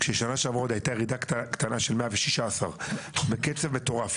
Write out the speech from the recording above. כששנה שעברה עוד הייתה ירידה קטנה של 116. זה קצב מטורף.